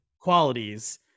qualities